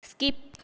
skip